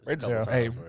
Hey